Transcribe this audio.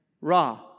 Ra